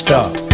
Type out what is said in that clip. Stop